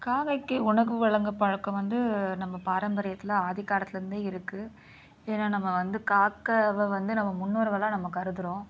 காக்கைக்கு உணவு வழங்கும் பழக்கம் வந்து நம்ம பாரம்பரியத்தில் ஆதிக்காலத்திலேருந்தே இருக்குது ஏன்னால் நம்ம வந்து காக்காவை வந்து நம்ம முன்னோர்களாக நம்ம கருதுகிறோம்